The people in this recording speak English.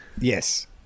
Yes